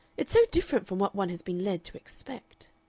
it's so different from what one has been led to expect.